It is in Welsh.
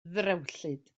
ddrewllyd